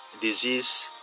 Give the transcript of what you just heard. disease